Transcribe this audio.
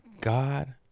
god